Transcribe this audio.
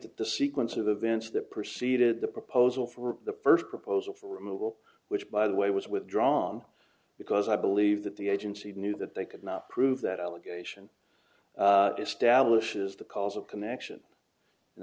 that the sequence of events that preceded the proposal for the first proposal for removal which by the way was withdrawn because i believe that the agency knew that they could not prove that allegation establishes the causal connection and